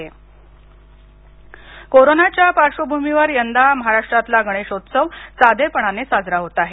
गणेश विसर्जन कोरोनाच्या पार्श्वभूमीवर यंदा महाराष्ट्रातला गणेशोत्सव साधेपणाने साजरा होत आहे